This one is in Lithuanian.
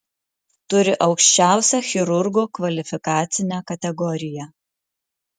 turi aukščiausią chirurgo kvalifikacinę kategoriją